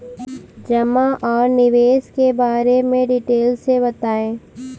जमा और निवेश के बारे में डिटेल से बताएँ?